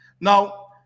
Now